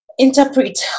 interpret